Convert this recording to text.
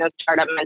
startup